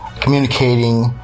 communicating